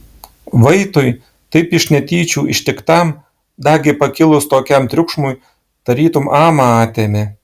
vaitui taip iš netyčių ištiktam dagi pakilus tokiam triukšmui tarytum amą atėmė